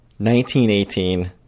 1918